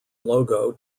logo